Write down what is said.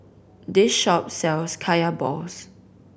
this shop sells Kaya balls